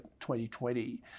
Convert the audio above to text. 2020